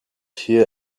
hear